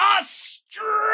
australia